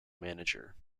manager